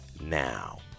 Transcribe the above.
now